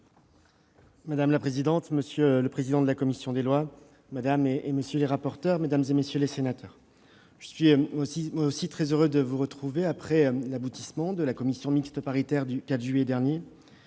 Madame la présidente, monsieur le président de la commission des lois, madame, monsieur les rapporteurs, mesdames, messieurs les sénateurs, je suis très heureux de vous retrouver après que la commission mixte paritaire du 4 juillet dernier